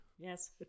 Yes